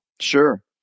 Sure